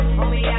Homie